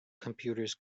computers